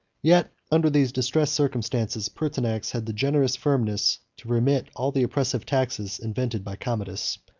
yet under these distressed circumstances, pertinax had the generous firmness to remit all the oppressive taxes invented by commodus,